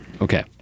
okay